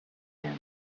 again